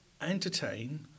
entertain